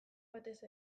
batez